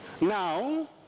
Now